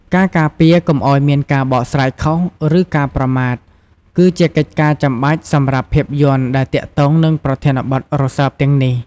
ការការពារកុំឱ្យមានការបកស្រាយខុស ឬការប្រមាថ គឺជាកិច្ចការចាំបាច់សម្រាប់ភាពយន្តដែលទាក់ទងនឹងប្រធានបទរសើបទាំងនេះ។